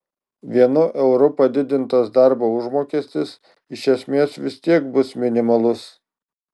vienu euru padidintas darbo užmokestis iš esmės vis tiek bus minimalus